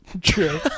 True